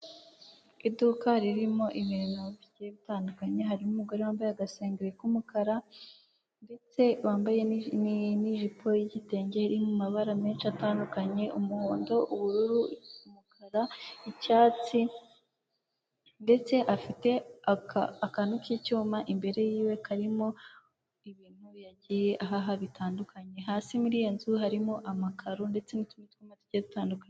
Iduka ririmo ibintu bigiye bitandukanye harimo umugore wambaye agasengeri k'umukara ndetse wambaye n'ijipo y'igitenge iri mu mabara menshi atandukanye, umuhondo, ubururu, umukara, icyatsi ndetse afite akanu k'icyuma imbere yiwe karimo ibintu yagiye ahaha bitandukanye, hasi muri iyo nzu harimo amakaro ndetse n'utundi twuma tugiye dutandukanye.